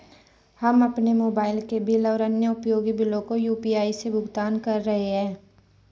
हम अपने मोबाइल के बिल और अन्य उपयोगी बिलों को यू.पी.आई से भुगतान कर रहे हैं